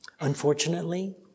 Unfortunately